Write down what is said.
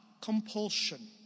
compulsion